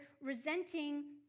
resenting